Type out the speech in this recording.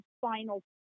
final